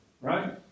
right